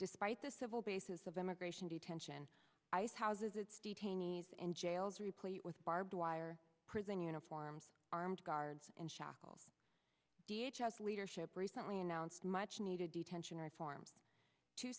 despite the civil bases of immigration detention icehouses its detainees in jails replete with barbed wire prison uniforms armed guards in shackles d h us leadership recently announced much needed detention reform two